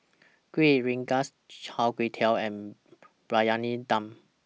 Kuih Rengas Char Kway Teow and Briyani Dum